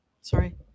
Sorry